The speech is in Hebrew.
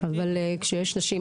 לאחר מכן נשמע את ענת.